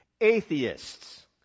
atheists